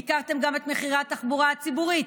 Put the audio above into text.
ייקרתם גם מחירי התחבורה הציבורית,